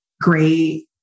great